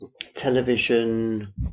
television